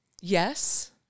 Yes